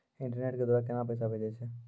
Internet के द्वारा केना पैसा भेजय छै?